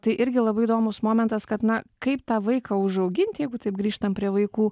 tai irgi labai įdomus momentas kad na kaip tą vaiką užaugint jeigu taip grįžtam prie vaikų